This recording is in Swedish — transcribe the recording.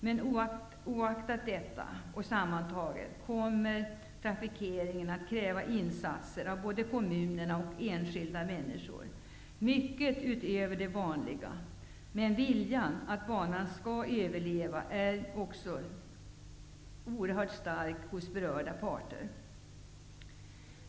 Men oaktat detta kommer trafiken att kräva insatser -- mycket utöver det vanliga -- av både kommunerna och enskilda människor. Men viljan att banan skall överleva är oerhört stark hos berörda parter.